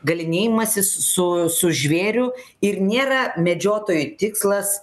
galynėjimasis su su žvėriu ir nėra medžiotojų tikslas